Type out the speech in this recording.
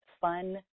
fun